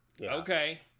Okay